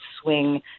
swing